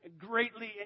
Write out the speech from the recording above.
greatly